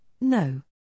no